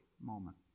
moment